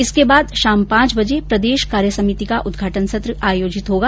इसके बाद शाम पांच बजे प्रदेश कार्य समिति का उद्घाटन सत्र आयोजित होगा